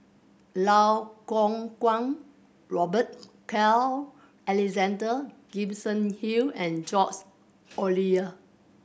Lau Kuo Guang Robert Carl Alexander Gibson Hill and George Oliyer